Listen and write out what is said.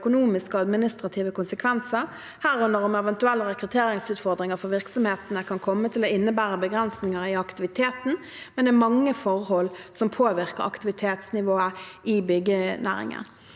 økonomiske og administrative konsekvenser, herunder om eventuelle rekrutteringsutfordringer for virksomhetene kan komme til å innebære begrensninger i aktiviteten, men det er mange forhold som påvirker aktivitetsnivået i byggenæringen.